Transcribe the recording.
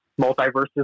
multiverses